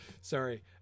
Sorry